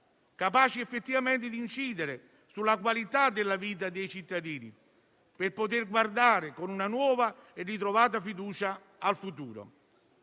capaci effettivamente di incidere sulla qualità della vita dei cittadini per poter guardare con una nuova e ritrovata fiducia al futuro.